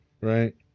Right